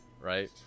right